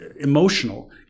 emotional